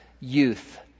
youth